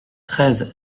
treize